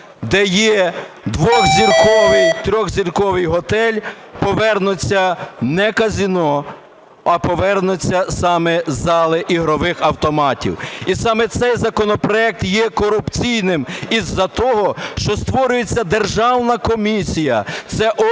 де є двохзірковий, трьохзірковий готель, повернуться не казино, а повернуться саме зали ігрових автоматів. І саме цей законопроект є корупційним із-за того, що створюється державна комісія